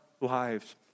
lives